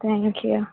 thank you